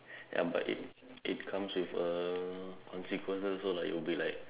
ya but it it comes with a consequences also like you will be like